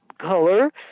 color